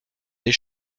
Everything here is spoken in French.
des